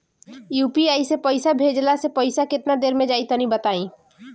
UPI से पईसा भेजलाऽ से पईसा केतना देर मे जाई तनि बताई?